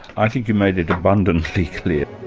i think you made it abundantly clear.